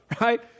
right